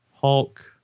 Hulk